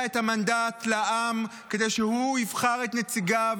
את המנדט לעם כדי שהוא יבחר את נציגיו,